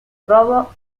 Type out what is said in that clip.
robo